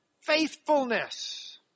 faithfulness